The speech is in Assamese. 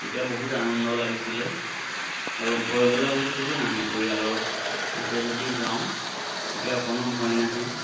তেতিয়া বহুত আনন্দ লাগিছিলে আৰু ভয় বোলা বস্তুটো নাহে পৰিয়ালৰ সৈতে যদি যাওঁ তেতিয়া অকণো ভয় নাহে